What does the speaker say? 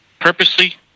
purposely